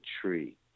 tree